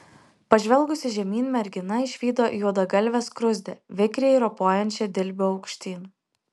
pažvelgusi žemyn mergina išvydo juodagalvę skruzdę vikriai ropojančią dilbiu aukštyn